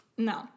No